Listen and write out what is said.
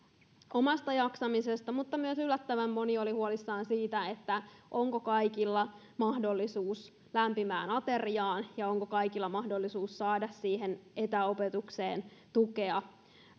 omasta jaksamisestaan mutta yllättävän moni oli huolissaan myös siitä onko kaikilla mahdollisuus lämpimään ateriaan ja onko kaikilla mahdollisuus saada siihen etäopetukseen tukea